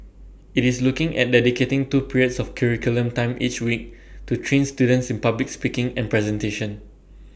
IT is looking at dedicating two periods of curriculum time each week to train students in public speaking and presentation